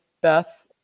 Beth